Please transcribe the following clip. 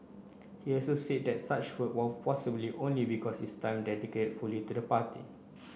he also said that such work was possible only because is time dedicated fully to the party